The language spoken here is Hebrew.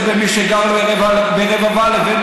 שיכולים לדבר על זה,